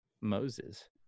Moses